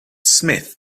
smith